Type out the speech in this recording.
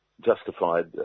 justified